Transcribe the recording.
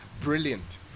brilliant